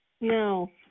No